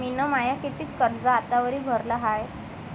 मिन माय कितीक कर्ज आतावरी भरलं हाय?